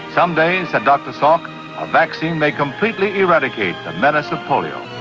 someday, said dr salk, a vaccine may completely eradicate the menace of polio.